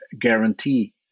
guarantee